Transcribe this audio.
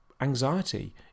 Anxiety